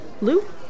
Lou